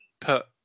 put